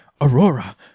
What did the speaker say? Aurora